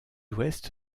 ouest